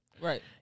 Right